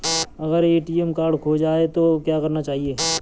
अगर ATM card खो जाए तो क्या करना चाहिए?